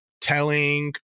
telling